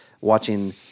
watching